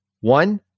One